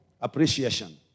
Appreciation